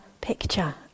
picture